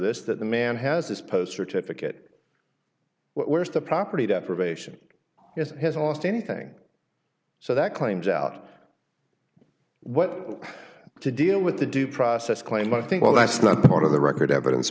this that the man has this post certificate where is the property deprivation is has lost anything so that claims out what to deal with the due process claim i think well that's not part of the record evidence